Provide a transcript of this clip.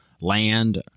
land